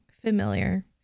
familiar